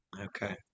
Okay